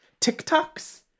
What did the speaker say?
TikToks